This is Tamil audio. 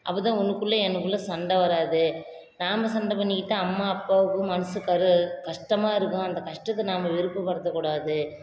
அப்போ தான் உனக்குள்ளே எனக்குள்ளே சண்டை வராது நாம் சண்டை பண்ணிக்கிட்டால் அம்மா அப்பாவுக்கும் மனசு கரு கஷ்டமாக இருக்கும் அந்த கஷ்டத்தை நம்ம விருப்பப்படுத்த கூடாது